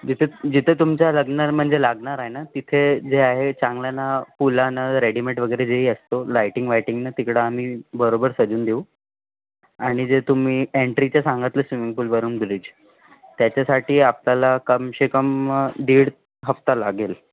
जिथे जिथे तुमच्या लग्न म्हणजे लागणार आहे ना तिथे जे आहे चांगला ना पुलानं रेडिमेड वगैरे जे असतो लायटिंग वायटिंगनं तिकडं आम्ही बरोबर सजवून देऊ आणि जे तुम्ही एंट्रीचे सांगितलं स्विमिंग पूलवरून बिरीज त्याच्यासाठी आपल्याला कम से कम दीड हफ्ता लागेल